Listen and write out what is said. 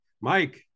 Mike